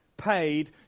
paid